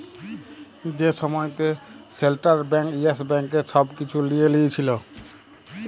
যে সময়তে central bank Yes ব্যাংকের ছব কিছু লিঁয়ে লিয়েছিল